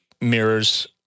mirrors